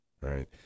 right